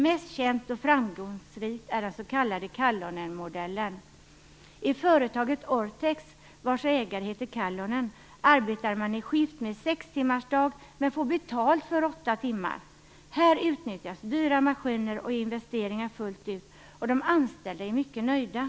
Mest känt och framgångsrikt är den s.k. Kallonenmodellen. I företaget Orthex, vars ägare heter Kallonen, arbetar man i skift med sextimmarsdag men får betalt för åtta timmar. Här utnyttjas dyra maskiner och investeringar fullt ut. De anställda är mycket nöjda.